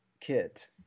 kit